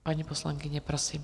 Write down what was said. Paní poslankyně, prosím.